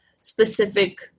specific